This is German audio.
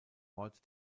ort